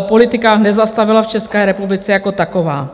politika nezastavila v České republice jako taková.